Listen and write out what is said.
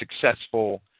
successful